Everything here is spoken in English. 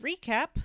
recap